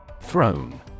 Throne